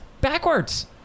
backwards